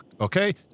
okay